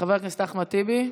חבר הכנסת אחמד טיבי.